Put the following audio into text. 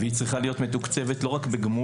היא צריכה להיות מתוקצבת לא רק בגמול,